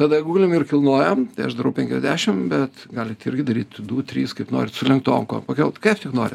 tada gulim ir kilnojam tai aš darau penkiasdešim bet galit irgi daryt du trys kaip norit sulenktom pakelt kiek tik nori